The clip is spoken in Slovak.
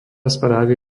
správy